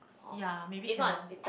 ya maybe cannot ah